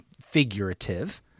figurative